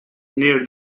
near